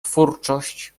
twórczość